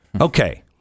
Okay